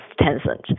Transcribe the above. Tencent